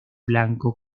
blanco